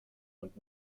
und